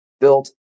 built